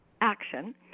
action